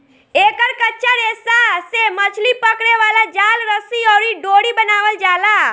एकर कच्चा रेशा से मछली पकड़े वाला जाल, रस्सी अउरी डोरी बनावल जाला